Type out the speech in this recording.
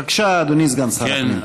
בבקשה, אדוני סגן שר הפנים.